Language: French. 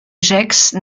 gex